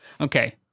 Okay